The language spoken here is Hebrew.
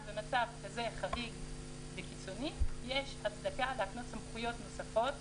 במצב חריג וקיצוני כזה יש הצדקה להקנות סמכויות נוספות